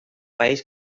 país